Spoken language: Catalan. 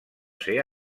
ser